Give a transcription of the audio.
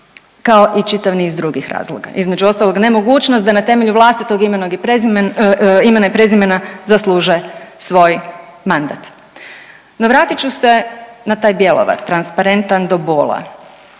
kao i čitav niz drugih razloga između ostalog nemogućnost da na temelju vlastitog imena i prezimena zasluže svoj mandat. No vratit ću se na taj Bjelovar transparentan do bola,